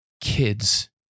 kids